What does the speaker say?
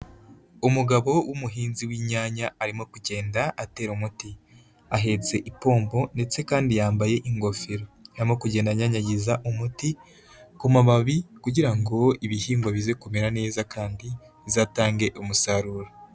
Umugabo w'umuhinzi w'inyanya arimo kugenda atera umuti, ahetse ipombo ndetse kandi yambaye ingofero arimo kugenda anyanyagiza umuti kumababi kugira ngo ibihingwa bize kumera neza kandi bizatange umusaruro.